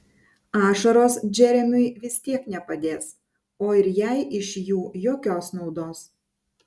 ašaros džeremiui vis tiek nepadės o ir jai iš jų jokios naudos